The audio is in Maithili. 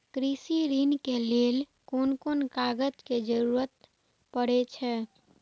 कृषि ऋण के लेल कोन कोन कागज के जरुरत परे छै?